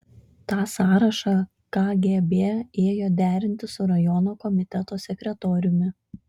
tą sąrašą kgb ėjo derinti su rajono komiteto sekretoriumi